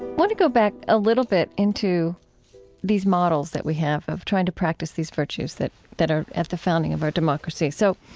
want to go back a little bit into these models that we have of trying to practice these virtues that that are at the founding of our democracy. so,